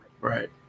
Right